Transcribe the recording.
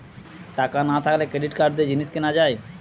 টাকা না থাকলে ক্রেডিট কার্ড দিয়ে জিনিস কিনা যায়